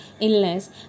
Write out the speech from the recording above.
illness